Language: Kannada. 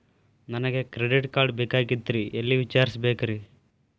ನನಗೆ ಕ್ರೆಡಿಟ್ ಕಾರ್ಡ್ ಬೇಕಾಗಿತ್ರಿ ಎಲ್ಲಿ ವಿಚಾರಿಸಬೇಕ್ರಿ?